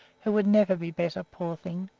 who would never be better, poor thing,